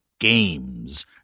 games